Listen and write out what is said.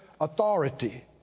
authority